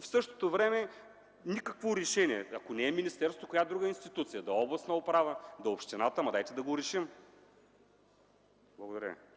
в същото време – никакво решение. Ако не е министерството, то коя друга институция? Да е областната управа, общината, но дайте да го решим! Благодаря.